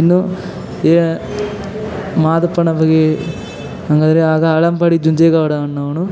ಇನ್ನು ಈಗ ಮಾದಪ್ಪನ ಬಗ್ಗೆ ಹಾಗಂದ್ರೆ ಆಗ ಆಳಂಪಾಡಿ ಜುಂಜೆ ಗೌಡ ಅನ್ನೋವ್ನು